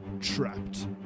Trapped